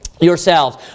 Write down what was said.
Yourselves